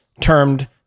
termed